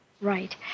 Right